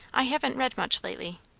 i haven't read much lately.